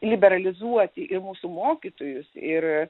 liberalizuoti ir mūsų mokytojus ir